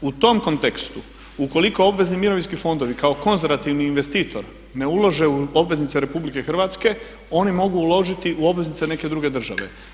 U tom kontekstu ukoliko obvezni mirovinski fondovi kao konzervativni investitor ne ulaže u obveznice RH oni mogu uložiti u obveznice neke druge države.